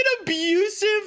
abusive